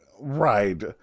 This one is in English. right